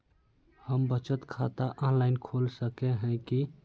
हम बचत खाता ऑनलाइन खोल सके है की?